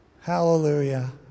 hallelujah